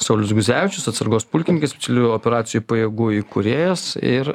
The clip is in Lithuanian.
saulius guzevičius atsargos pulkininkas specialiųjų operacijų pajėgų įkūrėjas ir